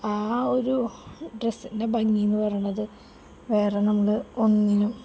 ആ ഒരു ഡ്രെസ്സിൻ്റെ ഭംഗിയെന്ന് പറയുന്നത് വേറെ നമ്മളൊന്നിനും